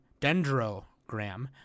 dendrogram